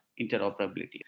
interoperability